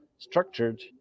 structured